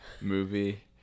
movie